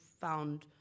found